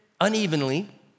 unevenly